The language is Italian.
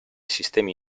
sistemi